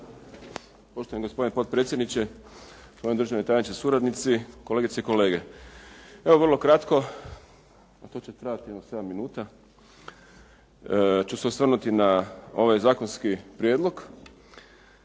Poštovani gospodine potpredsjedniče, gospodine državni tajniče, suradnici, kolegice i kolege. Evo, vrlo kratko a to će trajati jedno sedam minuta ću se osvrnuti na ovaj zakonski prijedlog.